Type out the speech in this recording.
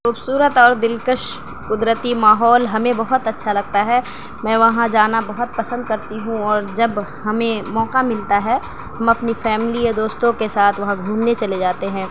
خوبصورت اور دلكش قدرتى ماحول ہميں بہت اچّھا لگتا ہے ميں وہاں جانا بہت پسند کرتی ہوں اور جب ہمیں موقعہ ملتا ہے ہم اپنی فیملی یا دوستوں کے ساتھ وہاں گھومنے چلے جاتے ہیں